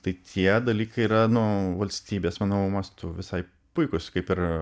tai tie dalykai yra nu valstybės manau mastu visai puikūs kaip ir